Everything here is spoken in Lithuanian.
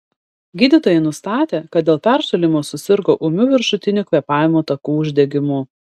gydytojai nustatė kad dėl peršalimo susirgo ūmiu viršutinių kvėpavimo takų uždegimu